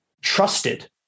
trusted